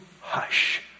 hush